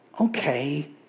okay